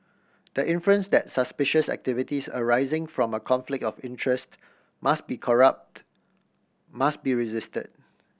the inference that suspicious activities arising from a conflict of interest must be corrupt must be resisted